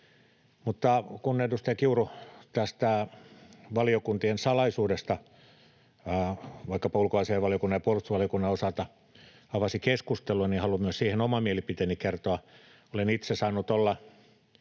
avasi keskustelun tästä valiokuntien salaisuudesta vaikkapa ulkoasiainvaliokunnan ja puolustusvaliokunnan osalta, niin haluan myös siihen oman mielipiteeni kertoa: Olen itse saanut olla